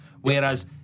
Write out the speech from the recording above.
whereas